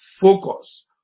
focus